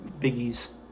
Biggie's